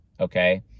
Okay